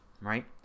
right